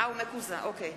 אינו משתתף בהצבעה